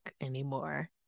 anymore